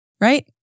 right